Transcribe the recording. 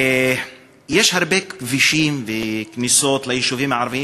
יש הרבה כבישים וכניסות ליישובים הערביים